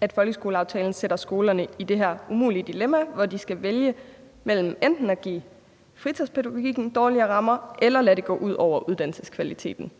at folkeskoleaftalen sætter skolerne i det her umulige dilemma, hvor de skal vælge mellem enten at give fritidspædagogikken dårligere rammer eller lade det gå ud over uddannelseskvaliteten?